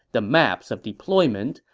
the maps of deployment,